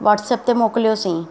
WhatsApp मोकिलियोसीं